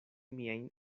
miajn